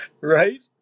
right